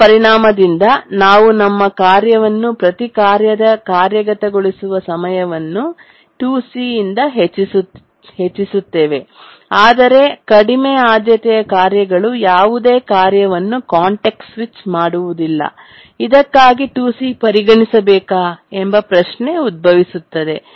ಇದರ ಪರಿಣಾಮದಿಂದ ನಾವು ನಮ್ಮ ಕಾರ್ಯವನ್ನು ಪ್ರತಿ ಕಾರ್ಯದ ಕಾರ್ಯಗತಗೊಳಿಸುವ ಸಮಯವನ್ನು ಎಕ್ಸಿಕ್ಯೂಷನ್ ಟೈಮ್ 2C ಇಂದ ಹೆಚ್ಚಿಸುತ್ತೇವೆ ಆದರೆ ಕಡಿಮೆ ಆದ್ಯತೆಯ ಕಾರ್ಯಗಳು ಯಾವುದೇ ಕಾರ್ಯವನ್ನು ಕಾಂಟೆಕ್ಸ್ಟ್ ಸ್ವಿಚ್ ಮಾಡುವುದಿಲ್ಲ ಇದಕ್ಕಾಗಿ 2C ಪರಿಗಣಿಸಬೇಕಾ ಎಂಬ ಪ್ರಶ್ನೆ ಉದ್ಭವಿಸುತ್ತದೆ